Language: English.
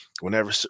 whenever